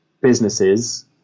businesses